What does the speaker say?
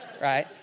right